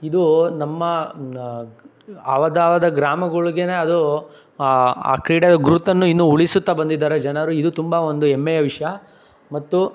ಇದು ನಮ್ಮ ಆವಾವ ಗ್ರಾಮಗಳ್ಗೆನೆ ಅದು ಆ ಕ್ರೀಡೆಯ ಗುರುತನ್ನು ಇನ್ನೂ ಉಳಿಸುತ್ತಾ ಬಂದಿದ್ದಾರೆ ಜನರು ಇದು ತುಂಬ ಒಂದು ಹೆಮ್ಮೆಯ ವಿಷಯ ಮತ್ತು